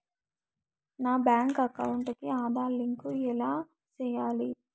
నా bank account కి Aadhaar link ఎలా సేయాలి